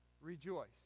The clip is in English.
rejoice